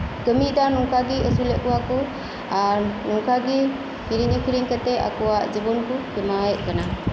ᱠᱟᱹᱢᱤ ᱛᱟ ᱱᱚᱝᱠᱟᱜᱤ ᱟᱹᱥᱩᱞᱮᱫ ᱠᱚᱣᱟᱠᱩ ᱟᱨ ᱱᱚᱝᱠᱟᱜᱤ ᱠᱤᱨᱤᱧ ᱟᱹᱠᱷᱨᱤᱧ ᱠᱟᱛᱮᱜ ᱟᱠᱩᱣᱟᱜ ᱡᱤᱵᱚᱱ ᱠᱩ ᱠᱷᱮᱢᱟᱣᱮᱫ ᱠᱟᱱᱟ